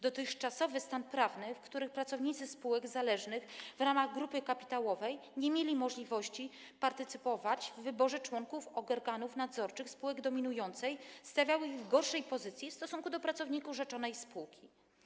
Dotychczasowy stan prawny, w którym pracownicy spółek zależnych w ramach grupy kapitałowej nie mieli możliwości partycypowania w wyborze członków organów nadzorczych spółki dominującej, stawiał ich w gorszej pozycji w stosunku do pracowników rzeczonej spółki.